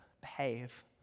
behave